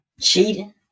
Cheating